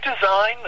design